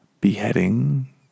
beheading